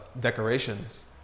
decorations